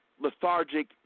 lethargic